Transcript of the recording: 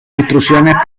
instrucciones